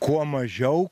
kuo mažiau